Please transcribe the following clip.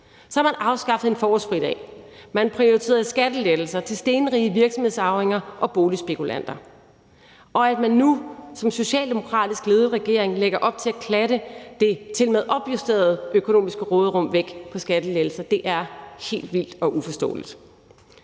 Man har afskaffet en forårsfridag. Man prioriterede skattelettelser til stenrige virksomhedsarvinger og boligspekulanter. Og at man nu, i en socialdemokratisk ledet regering, lægger op til at klatte det tilmed opjusterede økonomiske råderum væk til skattelettelser, er helt vildt og uforståeligt.